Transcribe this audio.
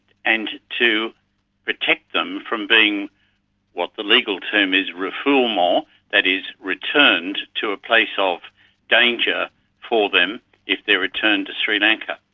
and to protect them from being what the legal term is, refoulement, that is, returned to a place of danger for them if they're returned to sri lanka.